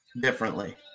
differently